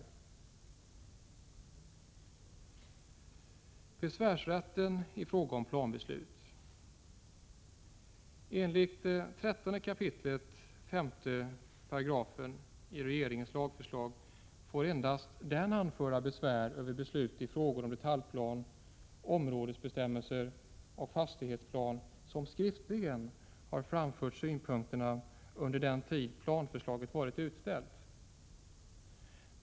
När det gäller besvärsrätten i fråga om planbeslut får jag anföra följande. Enligt 13 kap. 5 § i regeringens lagförslag får endast den anföra besvär över beslut i frågor om detaljplan, områdesbestämmelser och fastighetsplan som skriftligen har framfört synpunkter under den tid planförslaget varit utställt.